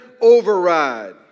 override